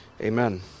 Amen